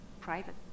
private